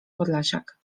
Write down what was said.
podlasiak